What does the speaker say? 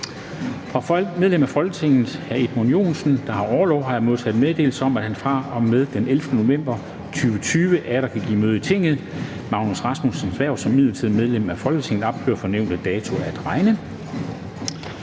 Fra medlem af Folketinget hr. Edmund Joensen, der har orlov, har jeg modtaget meddelelse om, at han fra og med den 11. november 2020 atter kan give møde i Tinget. Magnus Rasmussens hverv som midlertidigt medlem af Folketinget ophører fra nævnte dato at regne.